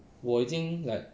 我已经 like